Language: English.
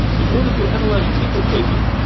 in order to analyze an income statement,